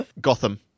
Gotham